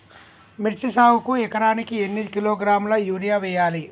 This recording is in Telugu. మిర్చి సాగుకు ఎకరానికి ఎన్ని కిలోగ్రాముల యూరియా వేయాలి?